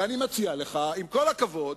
ואני מציע לך, עם כל הכבוד